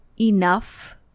enough